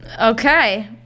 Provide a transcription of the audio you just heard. Okay